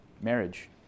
Marriage